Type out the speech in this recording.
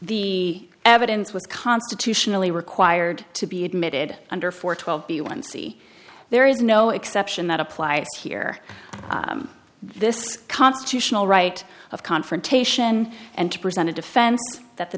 the evidence was constitutionally required to be admitted under four twelve b one c there is no exception that applies here this constitutional right of confrontation and to present a defense that the